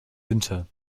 winter